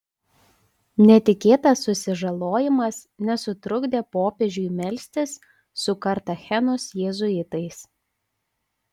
netikėtas susižalojimas nesutrukdė popiežiui melstis su kartachenos jėzuitais